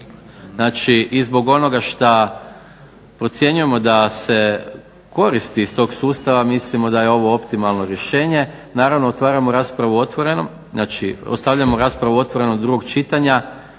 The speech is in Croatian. znači i zbog onoga što procjenjujemo da se koristi iz tog sustava mislimo da je ovo optimalno rješenje. Naravno ostavljamo raspravu otvorenom do drugog čitanja